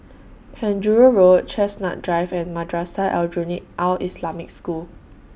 Penjuru Road Chestnut Drive and Madrasah Aljunied Al Islamic School